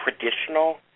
traditional